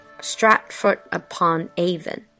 Stratford-upon-Avon